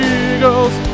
eagles